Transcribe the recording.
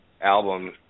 album